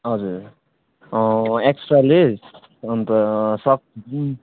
हजुर extra lace and socks